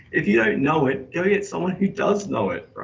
if you don't know it, go get someone who does know it,